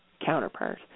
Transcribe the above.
counterpart